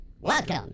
Welcome